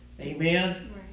amen